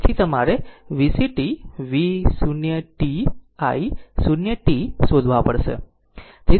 તેથી તમારે VCt V 0 t i 0 t શોધવા પડશે